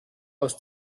aus